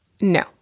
No